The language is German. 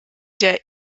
der